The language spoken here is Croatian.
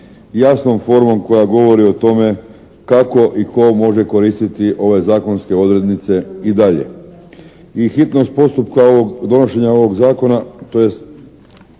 jasnom formom koja govori o tome kako i tko može koristiti ove zakonske odrednice i dalje. I hitnost postupka donošenja ovog Zakona, tj.,